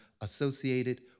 associated